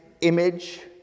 image